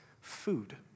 food